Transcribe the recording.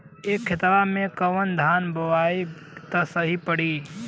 ए खेतवा मे कवन धान बोइब त सही पड़ी?